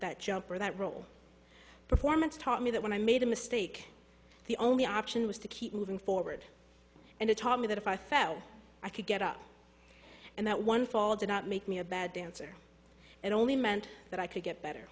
that jumper that role performance taught me that when i made a mistake the only option was to keep moving forward and it taught me that if i fell i could get up and that one fall did not make me a bad dancer it only meant that i could get better